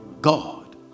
God